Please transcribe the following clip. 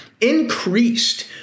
increased